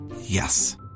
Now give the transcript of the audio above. Yes